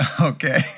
Okay